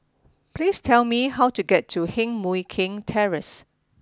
please tell me how to get to Heng Mui Keng Terrace